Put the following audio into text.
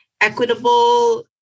equitable